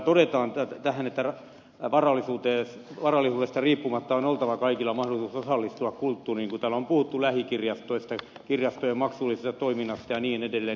kun täällä todetaan että varallisuudesta riippumatta on oltava kaikilla mahdollisuus osallistua kulttuuriin niin kuin täällä on puhuttu lähikirjastoista kirjastojen maksullisesta toiminnasta ja niin edelleen